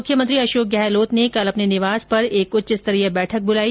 मुख्यमंत्री अशोक गहलोत ने कल अपने निवास पर एक उच्चस्तरीय बैठक बुलाई